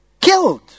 Killed